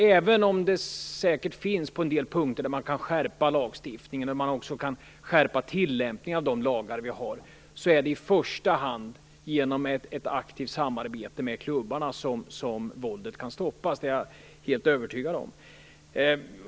Även om det säkert finns en del punkter där lagstiftningen kan skärpas och där även tillämpningen av de lagar vi har kan skärpas, är det i första hand genom ett aktivt samarbete med klubbarna som våldet kan stoppas. Det är jag helt övertygad om.